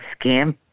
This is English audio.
scam